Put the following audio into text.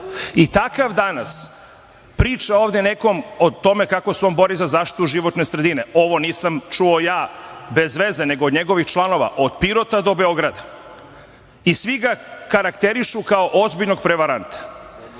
i takav danas priča ovde nekom o tome kako se on bori za zaštitu životne sredine. Ovo nisam čuo ja bez veze, nego od njegovih članova, od Pirota do Beograda, i svi ga karakterišu kao ozbiljnog prevaranta. To